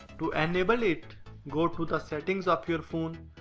to enable it go to the settings of your phone,